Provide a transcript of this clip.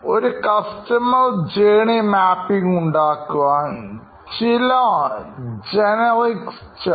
ഒരു customer journey mapping ഉണ്ടാക്കുവാൻ ചില generic steps